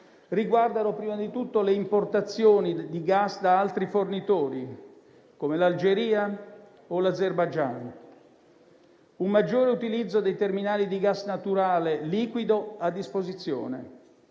riguardano prima di tutto le importazioni di gas da altri fornitori, come l'Algeria o l'Azerbaigian; un maggiore utilizzo dei terminali di gas naturale liquido a disposizione;